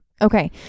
Okay